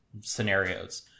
scenarios